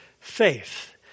Faith